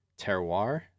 terroir